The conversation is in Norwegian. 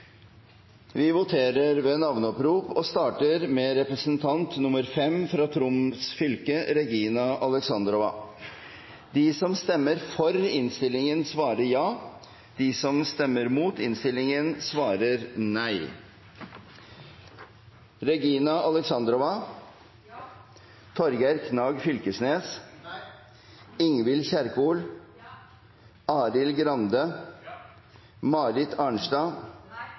Vi voterer ved navneopprop, og starter med representant nr. 5 for Troms fylke, Regina Alexandrova. De som stemmer for innstillingen, svarer ja. De som stemmer imot innstillingen, svarer nei.